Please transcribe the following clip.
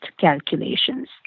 calculations